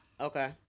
Okay